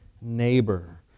neighbor